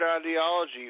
ideology